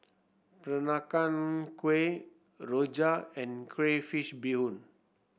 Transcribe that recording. Peranakan Kueh rojak and Crayfish Beehoon